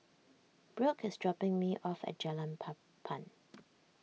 Brooke is dropping me off at Jalan Papan